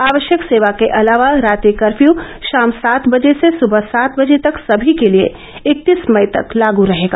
आवश्यक सेवा के अलावा रात्रि कर्फ्यू शाम सात बजे से सुबह सात बजे तक सभी के लिए इकत्तीस मई तक लागू रहेगा